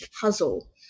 puzzle